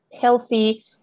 healthy